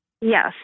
Yes